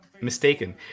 mistaken